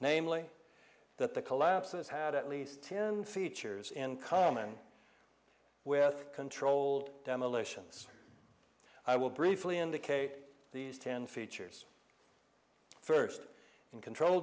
namely that the collapses had at least ten features in common with controlled demolitions i will briefly indicate these ten features first in control